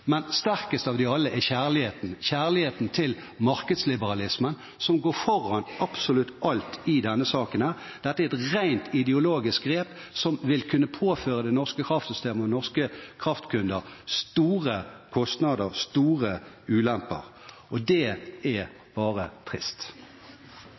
Men sterkest av dem alle er kjærligheten, kjærligheten til markedsliberalismen, som går foran absolutt alt i denne saken. Dette er et rent ideologisk grep, som vil kunne påføre det norske kraftsystemet og de norske kraftkundene store kostnader, store ulemper. Og det er